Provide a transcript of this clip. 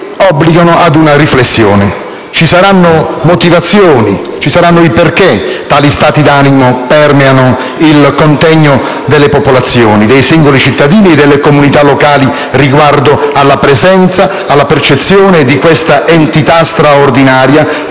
obbligano ad una riflessione. Ci saranno motivazioni, ci sarà un perché tali stati d'animo permeano il contegno delle popolazioni, dei singoli cittadini e delle comunità locali riguardo alla presenza, alla percezione di questa entità straordinaria